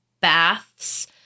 baths